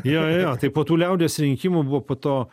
jo jo jo tai po tų liaudies rinkimų buvo po to